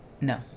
No